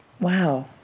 Wow